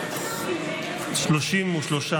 הסתייגות 17 לא נתקבלה.